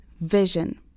vision